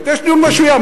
יש דיון בשביעייה,